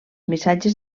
missatges